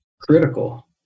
critical